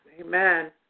amen